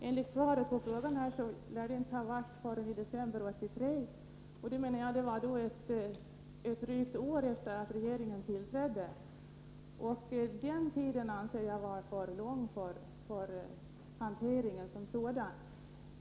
Enligt svaret på frågan lär detta inte ha skett förrän i december 1983, dvs. drygt ett år efter det att regeringen tillträdde. Den tiden anser jag vara för lång för hanteringen som sådan.